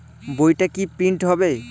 বইটা কি প্রিন্ট হবে?